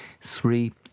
three